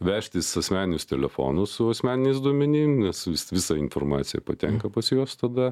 vežtis asmeninius telefonus su asmeniniais duomenim nes visa informacija patenka pas juos tada